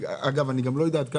אגב אני לא יודע עד כמה.